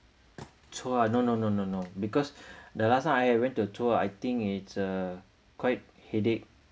so ah no no no no no because the last time I went to a tour I think it's uh quite headache